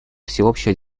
всеобщей